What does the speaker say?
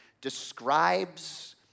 describes